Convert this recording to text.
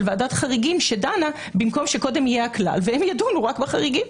של וועדת חריגים שדנה במקום שקודם יהיה הכלל והם ידונו רק בחריגים.